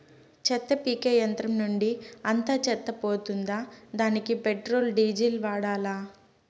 చెత్త పీకే యంత్రం నుండి అంతా చెత్త పోతుందా? దానికీ పెట్రోల్, డీజిల్ వాడాలా?